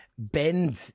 bend